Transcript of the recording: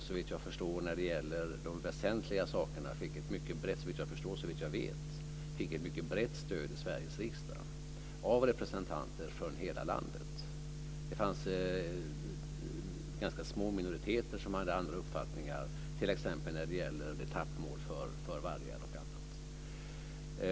Såvitt jag vet fick den vad gäller de väsentliga sakerna ett mycket brett stöd i Sveriges riksdag av representanter från hela landet. Det fanns ganska små minoriteter som hade andra uppfattningar, t.ex. när det gäller etappmål för vargar och annat.